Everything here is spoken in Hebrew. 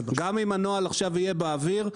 גם אם הנוהל יהיה באוויר,